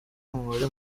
umubare